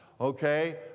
okay